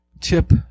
tip